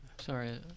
Sorry